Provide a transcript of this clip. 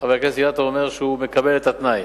חבר הכנסת אילטוב אומר שהוא מקבל את התנאי.